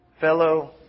Fellow